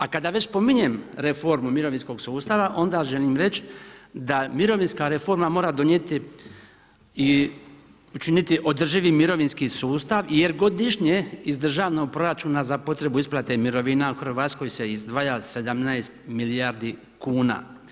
A kada već spominjem reformu mirovinskog sustava, onda želim reći, da mirovinska reforma mora donijeti i učini održivim mirovinski sustav, jer godišnje iz državnog proračuna za potrebe isplatu mirovina u Hrvatskoj se izdvaja 17 milijardi kuna.